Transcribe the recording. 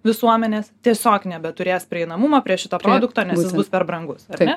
visuomenės tiesiog nebeturės prieinamumo prie šito produkto nes jis bus per brangus ar ne